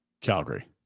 Calgary